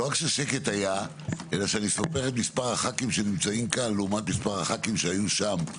ולא רק זאת - וכשאני סופר את מספר הח"כים שכאן לעומת אלה שהיו שם,